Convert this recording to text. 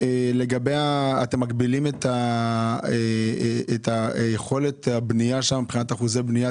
אתם מגבילים את יכולת הבנייה מבחינת אחוזי הבנייה?